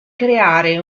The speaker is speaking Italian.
creare